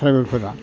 ट्राइबेलफोरना